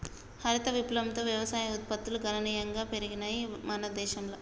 హరిత విప్లవంతో వ్యవసాయ ఉత్పత్తులు గణనీయంగా పెరిగినయ్ మన దేశంల